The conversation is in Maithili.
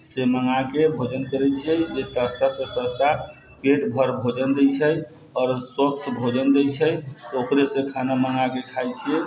मँगाकऽ भोजन करै छिए जे सस्तासँ सस्ता पेट भरि भोजन दै छै आओर स्वच्छ भोजन दै छै ओकरेसँ खाना मँगाकऽ खाइ छिए